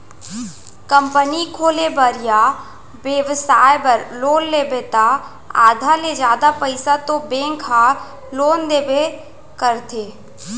company खोले बर या बेपसाय बर लोन लेबे त आधा ले जादा पइसा तो बेंक ह लोन देबे करथे